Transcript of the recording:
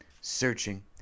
searching